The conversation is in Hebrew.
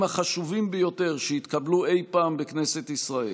החשובים ביותר שהתקבלו אי פעם בכנסת ישראל.